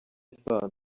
isano